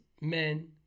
Men